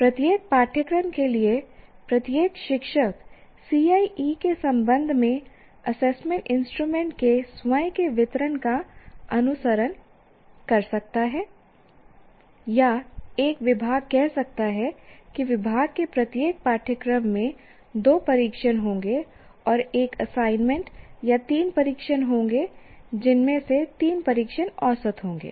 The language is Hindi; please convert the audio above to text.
प्रत्येक पाठ्यक्रम के लिए प्रत्येक शिक्षक CIE के संबंध में एसेसमेंट इंस्ट्रूमेंट के स्वयं के वितरण का अनुसरण कर सकता है या एक विभाग कह सकता है कि विभाग के प्रत्येक पाठ्यक्रम में दो परीक्षण होंगे और एक असाइनमेंट या तीन परीक्षण होंगे जिनमें से तीन परीक्षण औसत होंगे